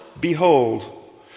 Behold